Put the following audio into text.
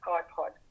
iPod